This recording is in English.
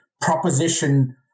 proposition